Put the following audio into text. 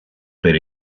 per